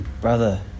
Brother